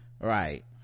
right